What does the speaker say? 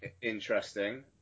interesting